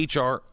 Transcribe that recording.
HR